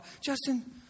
Justin